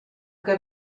que